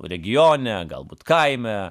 o regione galbūt kaime